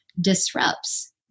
Disrupts